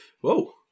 Whoa